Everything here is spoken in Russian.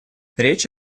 речь